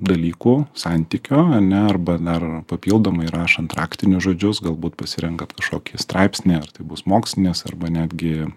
dalykų santykio ane arba dar papildomai rašant raktinius žodžius galbūt pasirenkat kažkokį straipsnį ar tai bus mokslinis arba netgi